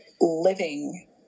living